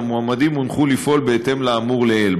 והמועמדים הונחו לפעול בהתאם לאמור לעיל.